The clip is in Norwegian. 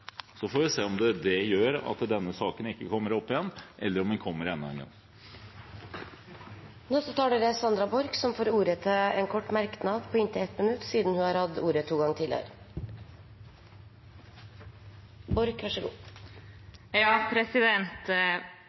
Så får vi se om det gjør at denne saken ikke kommer opp igjen, eller om den kommer enda en gang. Representanten Sandra Borch har hatt ordet to ganger tidligere og får ordet til en kort merknad, begrenset til 1 minutt. Det vi reagerer på